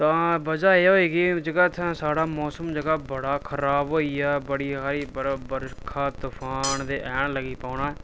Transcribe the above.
तां बजह् एह् होई कि जेहका इत्थूं दा साढ़ा मौसम जेह्का बड़ा खराब हो ए दा बड़ी जादा बर्फ बर्खा तुफान ते हैन लगी पौन